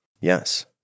Yes